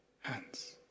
hands